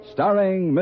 Starring